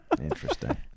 Interesting